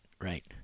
right